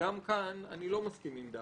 וגם כאן אני לא מסכים עם דעתו.